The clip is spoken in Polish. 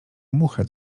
muchę